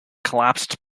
collapsed